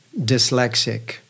dyslexic